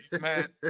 man